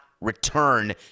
return